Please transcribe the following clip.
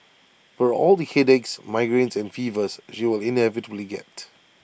for all the headaches migraines and fevers she will inevitably get